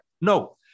No